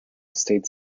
states